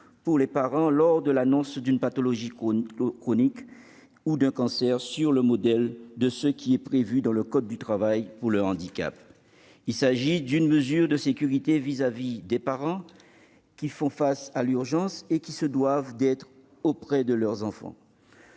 pour les parents lors de l'annonce d'une pathologie chronique ou d'un cancer, sur le modèle de ce qui est prévu dans le code du travail pour l'annonce d'un handicap. Il s'agit là d'une mesure de sécurité pour les parents qui font face à l'urgence et qui se doivent d'être auprès de leur enfant.